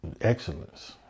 Excellence